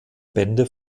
bände